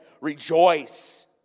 rejoice